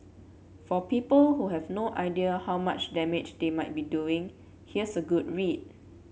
for people who have no idea how much damage they might be doing here's a good read